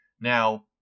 Now